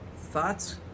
thoughts